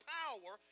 power